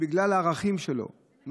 שבגלל הערכים שלו,